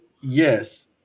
yes